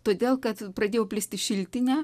todėl kad pradėjo plisti šiltinė